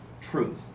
truth